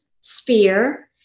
sphere